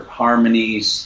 harmonies